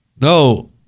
No